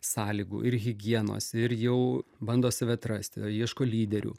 sąlygų ir higienos ir jau bando save atrasti ieško lyderių